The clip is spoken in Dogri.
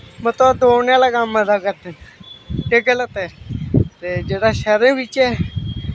मतलव दौड़ने आह्ला कम्म मता करदे न जां गल्त ऐ ते जेह्ड़ा शैह्रें बिच्च ऐ